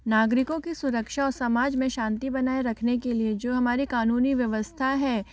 नागरिकों की सुरक्षा और समाज में शांति बनाए रखने के लिए जो हमारी कानूनी व्यवस्था है